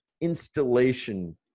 installation